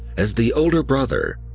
as the older brother,